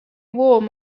warm